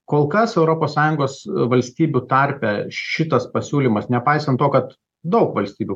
kol kas europos sąjungos valstybių tarpe šitas pasiūlymas nepaisant to kad daug valstybių